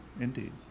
indeed